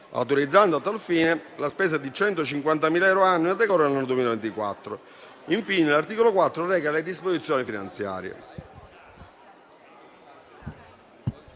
autorizzando a tal fine la spesa di 150.000 euro annui a decorrere dal 2024. Infine, l'articolo 4 reca le disposizioni finanziarie.